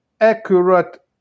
accurate